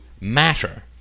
matter